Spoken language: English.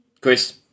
Chris